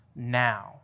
Now